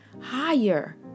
higher